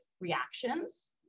reactions